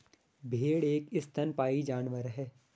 भेड़ एक स्तनपायी जानवर है